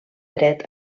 dret